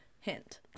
hint